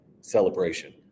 celebration